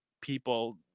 people